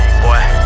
boy